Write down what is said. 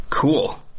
cool